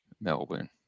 Melbourne